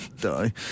die